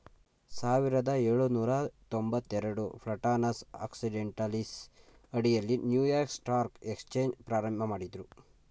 ಸಾವಿರದ ಏಳುನೂರ ತೊಂಬತ್ತಎರಡು ಪ್ಲಾಟಾನಸ್ ಆಕ್ಸಿಡೆಂಟಲೀಸ್ ಅಡಿಯಲ್ಲಿ ನ್ಯೂಯಾರ್ಕ್ ಸ್ಟಾಕ್ ಎಕ್ಸ್ಚೇಂಜ್ ಪ್ರಾರಂಭಮಾಡಿದ್ರು